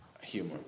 humor